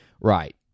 Right